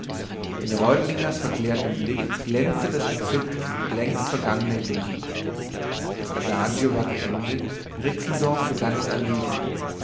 in reutlingers verklärtem blick glänzte das entzücken längst vergangener jugend das adagio war geendet rixendorf begann das allegro